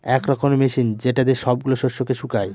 এক রকমের মেশিন যেটা দিয়ে সব গুলা শস্যকে শুকায়